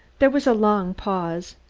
there was a long pause.